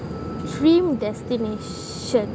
dream destination